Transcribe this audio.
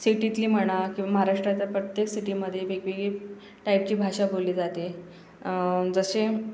सिटीतली म्हणा किंवा महाराष्ट्राच्या प्रत्येक सिटीमध्ये वेगवेगळी टाईपची भाषा बोलली जाते जसे